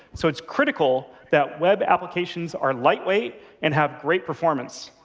so it's critical that web applications are lightweight and have great performance.